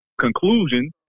conclusion